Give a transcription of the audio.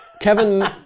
Kevin